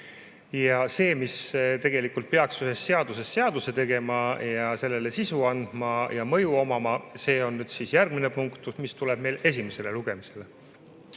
Ja see, mis tegelikult peaks ühest seadusest seaduse tegema ja sellele sisu andma ning mõju omama, on järgmine punkt, mis tuleb meil esimesele lugemisele.